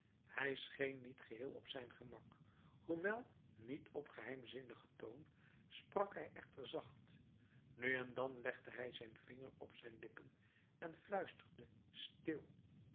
hij scheen niet geheel op zijn gemak hoewel niet op geheimzinnigen toon sprak hij echter zacht nu en dan legde hij zijn vinger op zijn lippen en fluisterde stil